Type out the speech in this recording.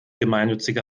gemeinnützige